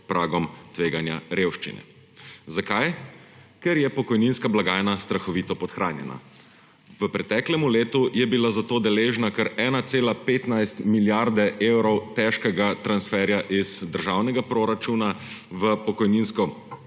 pragom tveganja revščine. Zakaj? Ker je pokojninska blagajna strahovito podhranjena. V preteklem letu je bila zato deležna kar 1,15 milijarde evrov težkega transferja iz državnega proračuna v pokojninsko